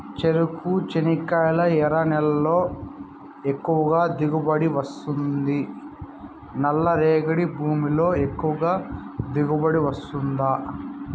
చెరకు, చెనక్కాయలు ఎర్ర నేలల్లో ఎక్కువగా దిగుబడి వస్తుందా నల్ల రేగడి భూముల్లో ఎక్కువగా దిగుబడి వస్తుందా